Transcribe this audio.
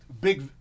Big